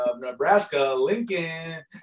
Nebraska-Lincoln